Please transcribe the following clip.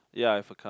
ya I have a car